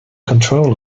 control